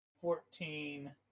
fourteen